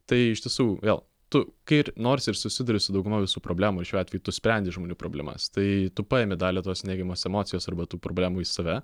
tai iš tiesų vėl tu kai ir nors ir susiduri su dauguma visų problemų ir šiuo atveju tu sprendi žmonių problemas tai tu paimi dalį tos neigiamos emocijos arba tų problemų į save